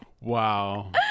Wow